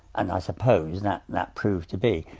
and i suppose that that proved to be.